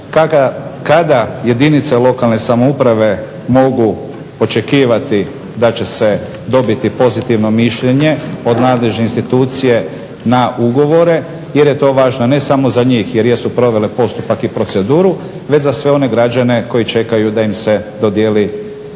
Kada jedinica lokalne samouprave mogu očekivati da će se dobiti pozitivno mišljenje od nadležne institucije na ugovore jer je to važno ne samo za njih jer jesu provele postupak i proceduru, već za sve one građane koji čekaju da im se dodijeli